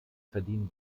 verdienen